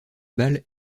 bals